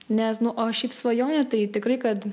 nes nu o šiaip svajonė tai tikrai kad